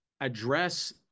address